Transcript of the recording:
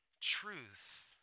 truth